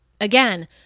again